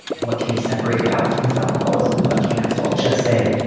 what can be separated out from his alcoholism and what cancel, i'll just say,